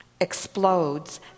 explodes